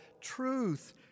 truth